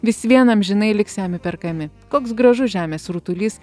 vis vien amžinai liks jam įperkami koks gražus žemės rutulys